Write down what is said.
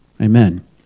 Amen